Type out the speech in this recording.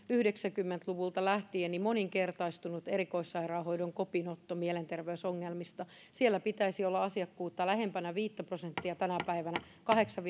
yhdeksänkymmentä luvulta lähtien moninkertaistunut erikoissairaanhoidon kopinotto mielenterveysongelmista siellä pitäisi olla asiakkuutta lähempänä viittä prosenttia tänä päivänä kahdeksan